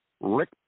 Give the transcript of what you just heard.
Rick